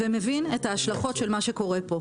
ומבין את ההשלכות של מה שקורה פה.